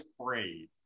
afraid